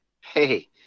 Hey